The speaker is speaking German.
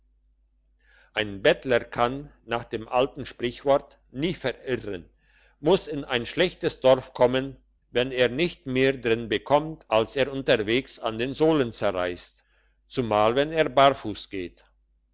ein bettler kann nach dem alten sprichwort nie verirren muss in ein schlechtes dorf kommen wenn er nicht mehr drin bekommt als er unterwegs an den sohlen zerreisst zumal wenn er barfuss geht